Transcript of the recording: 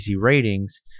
ratings